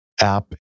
app